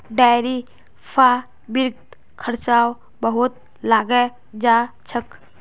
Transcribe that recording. dairy फ़ार्मिंगत खर्चाओ बहुत लागे जा छेक